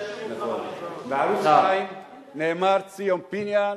וישאירו אותך, בערוץ-22 נאמר: ציון פיניאן